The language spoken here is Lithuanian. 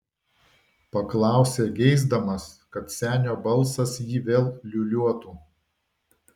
paklausė geisdamas kad senio balsas jį vėl liūliuotų